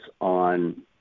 on